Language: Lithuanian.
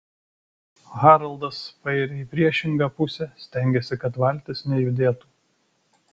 haraldas pairia į priešingą pusę stengiasi kad valtis nejudėtų